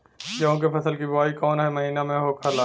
गेहूँ के फसल की बुवाई कौन हैं महीना में होखेला?